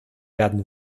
werden